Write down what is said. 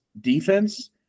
defense